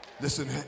Listen